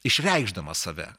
išreikšdama save